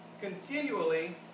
continually